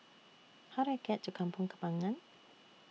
How Do I get to Kampong Kembangan